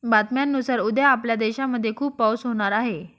बातम्यांनुसार उद्या आपल्या देशामध्ये खूप पाऊस होणार आहे